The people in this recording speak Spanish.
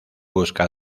busca